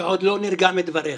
שעוד לא נרגע מדבריך,